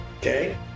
Okay